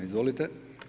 Izvolite.